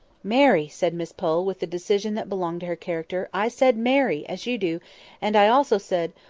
marry! said miss pole, with the decision that belonged to her character. i said marry! as you do and i also said,